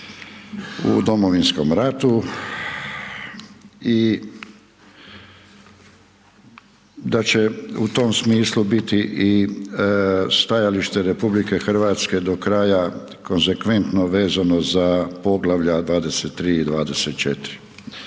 u Domovinskom ratu i da će u tom smislu biti i stajalište RH, do kraja konzekventno vezano za poglavlja 23. i 24.